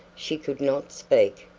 she could not speak.